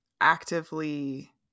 actively